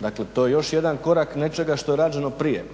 Dakle, to je još jedan korak nečega što je rađeno prije.